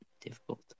difficult